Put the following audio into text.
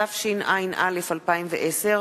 התשע"א 2010,